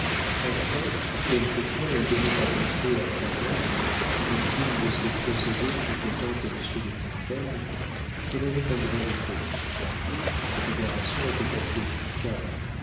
enfin quelquefois elle donnait à penser à sa mère victime de ses procédés tout autant que monsieur de fontaine qu'elle avait un grain de folie cette aberration était assez explicable